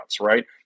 right